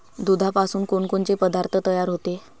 दुधापासून कोनकोनचे पदार्थ तयार होते?